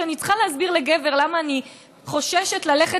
כשאני צריכה להסביר לגבר למה אני חוששת ללכת